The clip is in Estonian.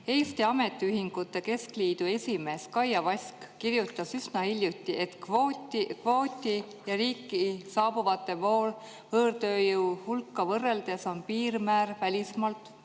Eesti Ametiühingute Keskliidu esimees Kaia Vask kirjutas üsna hiljuti, et kvooti ja riiki saabuva võõrtööjõu hulka võrreldes on piirmäär välismaalt